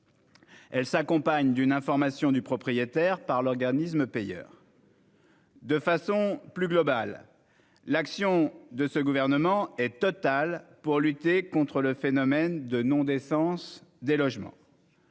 elle s'accompagne d'une information du propriétaire par l'organisme payeur. De façon plus globale, l'engagement de ce gouvernement est total pour lutter contre le phénomène de non-décence des logements.